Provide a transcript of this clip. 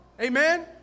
Amen